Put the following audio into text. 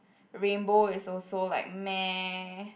rainbow is also like meh